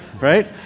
Right